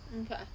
Okay